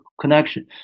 connection